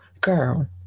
Girl